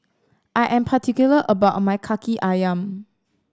I am particular about my Kaki Ayam